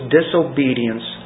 disobedience